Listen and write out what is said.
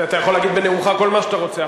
את זה אתה יכול להגיד בנאומך, כל מה שאתה רוצה.